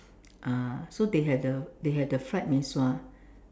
uh so they have the they have the fried mee-sua